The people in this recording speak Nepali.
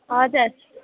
हजुर